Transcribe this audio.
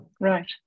right